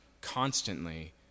constantly